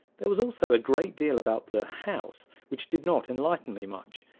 there was also a great deal about the house, which did not enlighten me much,